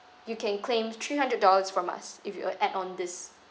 you can claim three hundred dollars from us if you add on this